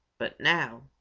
but now